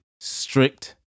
strict